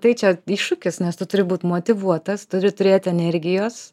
tai čia iššūkis nes tu turi būt motyvuotas turi turėt energijos